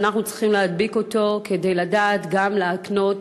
שאנחנו צריכים להדביק אותו כדי לדעת גם להקנות